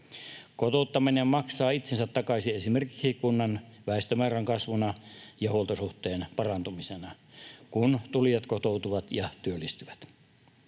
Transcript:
Kotouttaminen maksaa itsensä takaisin esimerkiksi kunnan väestömäärän kasvuna ja huoltosuhteen parantumisena, kun tulijat kotoutuvat ja työllistyvät.